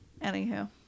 Anywho